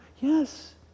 Yes